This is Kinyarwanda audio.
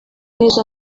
neza